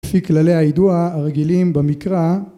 ‫כפי כללי היידוע הרגילים במקרא...